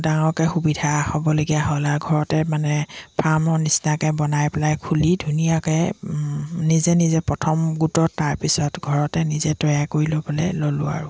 ডাঙৰকৈ সুবিধা হ'বলগীয়া হ'ল আৰু ঘৰতে মানে ফাৰ্মৰ নিচিনাকৈ বনাই পেলাই খুলি ধুনীয়াকৈ নিজে নিজে প্ৰথম গোটত তাৰপিছত ঘৰতে নিজে তৈয়াৰ কৰি ল'বলৈ ল'লোঁ আৰু